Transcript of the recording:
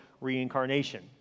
reincarnation